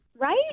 Right